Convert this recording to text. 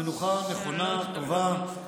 זו המנוחה, מנוחה נכונה, טובה.